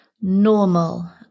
normal